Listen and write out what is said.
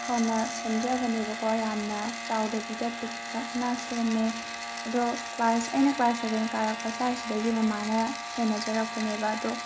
ꯍꯥꯟꯅ ꯁꯦꯝꯖꯕꯅꯦꯕꯀꯣ ꯌꯥꯝꯅ ꯆꯥꯎꯗꯕꯤꯗ ꯄꯤꯛꯇꯛꯅ ꯁꯦꯝꯃꯦ ꯑꯗꯣ ꯀ꯭ꯂꯥꯁ ꯑꯩꯅ ꯀ꯭ꯂꯥꯁ ꯁꯦꯚꯦꯟ ꯀꯥꯔꯛꯄ ꯁ꯭ꯋꯥꯏꯁꯤꯗꯒꯤ ꯃꯃꯥꯅ ꯁꯦꯟꯅꯖꯔꯛꯄꯅꯦꯕ ꯑꯗꯨ